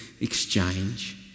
exchange